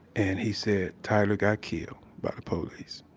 and he said tyler got killed by the police.